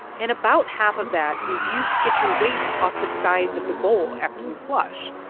and about half of that is used to get your waste off the sides of the bowl after you flush,